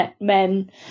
men